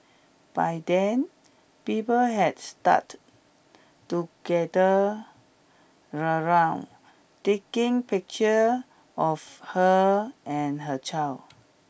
by then people had start to gather around taking pictures of her and her child